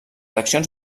accions